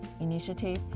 initiative